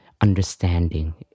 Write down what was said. understanding